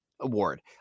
award